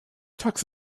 tux